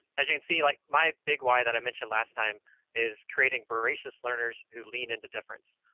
as you can see, like, my big why that i mentioned last time is creating voracious learners who lean into difference,